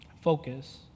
focus